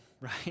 right